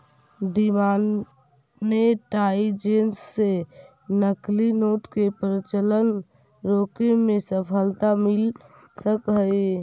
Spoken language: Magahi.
डिमॉनेटाइजेशन से नकली नोट के प्रचलन रोके में सफलता मिल सकऽ हई